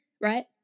right